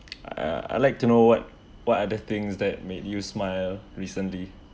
uh I like to know what what other things that made you smile recently